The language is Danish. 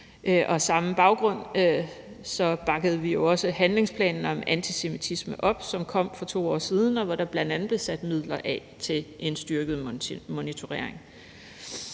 Af samme grund bakkede vi også handlingsplanen om antisemitisme op, som kom for 2 år siden, og hvor der bl.a. blev sat midler af til en styrket monitorering.